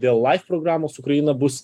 dėl life programos ukraina bus